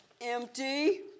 empty